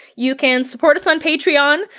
you can support us on patreon,